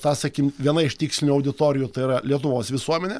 tą sakykim viena iš tikslinių auditorijų tai yra lietuvos visuomenė